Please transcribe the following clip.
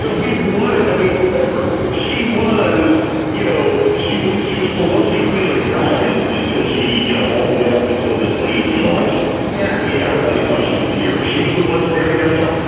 we wanted i mean, remember, she was you know, she was she was pelosi queen of dragons until she. you know, all the way up until the twenty eighteen election. yeah. i mean, everybody thought she was the hero. she was the one staring down from. um